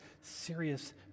serious